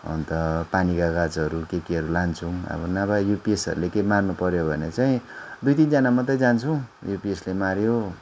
अन्त पानी कागजहरू के केहरू लान्छौँ अब नभए युपिएसहरूले के मार्नु पर्यो भने चाहिँ दुई तिनजना मात्र जान्छौँ युपिएसले मार्यो